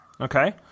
Okay